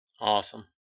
Awesome